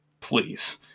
Please